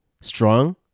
Strong